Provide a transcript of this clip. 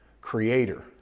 creator